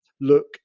look